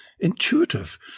Intuitive